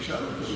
תשאל אותו,